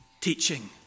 Teaching